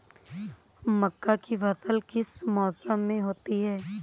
मक्का की फसल किस मौसम में होती है?